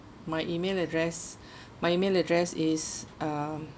my email address my email address is um